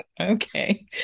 Okay